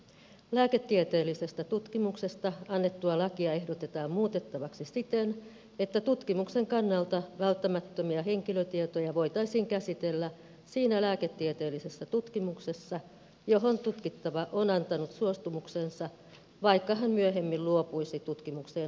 lääketieteellisestä tutkimuksesta annettua lakia ehdotetaan muutettavaksi siten että tutkimuksen kannalta välttämättömiä henkilötietoja voitaisiin käsitellä siinä lääketieteellisessä tutkimuksessa johon tutkittava on antanut suostumuksensa vaikka hän myöhemmin luopuisi tutkimukseen osallistumisesta